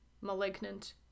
malignant